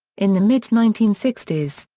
in the mid nineteen sixty s,